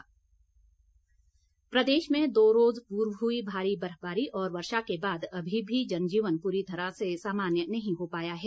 मौसम प्रदेश में दो रोज़ पूर्व हुई भारी बर्फबारी और वर्षा के बाद अभी भी जनजीवन पूरी तरह से सामान्य नहीं हो पाया है